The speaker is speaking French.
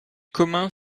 communs